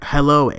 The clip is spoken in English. Hello